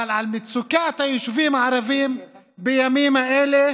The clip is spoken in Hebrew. אבל על מצוקת היישובים הערביים בימים האלה